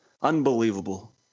Unbelievable